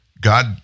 God